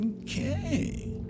Okay